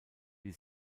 die